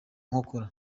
nkokora